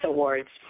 Awards